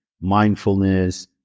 mindfulness